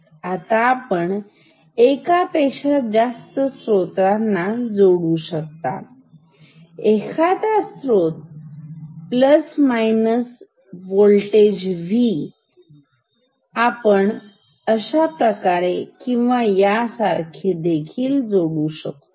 आता आपण एकापेक्षा जास्त स्त्रोतांना जोडू शकता एखादा स्रोत प्लस मायनस होल्टेज अधिक आणि वजा आपण अशा प्रकारे किंवा यासारखे देखील जोडणी करू शकता